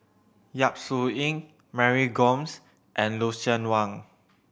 Yap Su Yin Mary Gomes and Lucien Wang